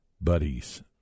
buddies